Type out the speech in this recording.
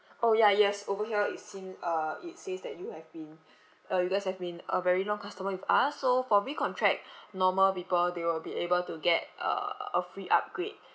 oh ya yes over here it seem uh it says that you have been uh you guys have been a very long customer with us so for recontract normal people they will be able to get uh a free upgrade